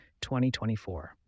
2024